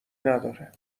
نداره